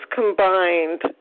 combined